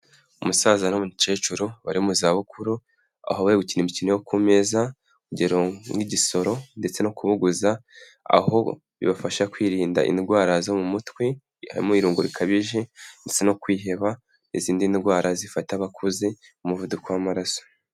Umusaza n'umukecuru bari mu zabukuru, aho bari gukina imikino yo ku meza ingero nk'igisoro ndetse no kubuguza, aho bibafasha kwirinda indwara zo mu mutwe, harimo irungu rikabije ndetse no kwiheba n'izindi ndwara zifata abakuze nk'umuvuduko w'amaraso.